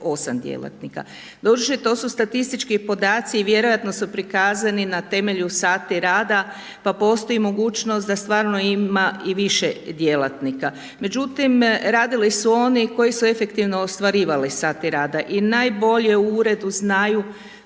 48 djelatnika. Doduše to su statistički podaci i vjerojatno su prikazani na temelju sati rada pa postoji mogućnost da stvarno ima i više djelatnika. Međutim, radili su oni koji su efektivno ostvarivali sate rada i najbolje u uredu znaju